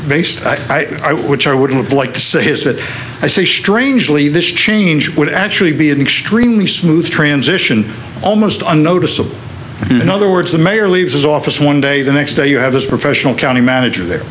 based which i would like to say is that i see strangely this change would actually be an extremely smooth transition almost unnoticeable in other words the mayor leaves office one day the next day you have a professional county manager there